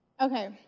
Okay